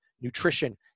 nutrition